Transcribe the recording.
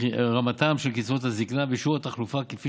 רמתם של קצבת הזקנה ושיעור התחלופה כפי